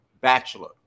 bachelor